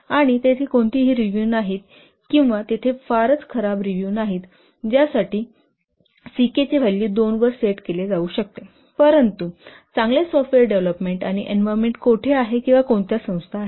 आणि तेथे कोणतीही रिव्हिव नाहीत किंवा तेथे फारच खराब रिव्हिव नाहीत ज्यासाठी C K चे व्हॅल्यू 2 वर सेट केले जाऊ शकते परंतु चांगले सॉफ्टवेयर डेव्हलपमेंट आणि एन्व्हायरमेंट कोठे आहे किंवा कोणत्या संस्था आहेत